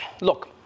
look